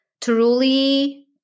truly